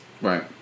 Right